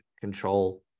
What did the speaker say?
control